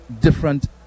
different